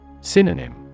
Synonym